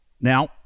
Now